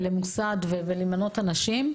ממוסד ולמנות אנשים.